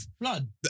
Blood